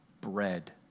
bread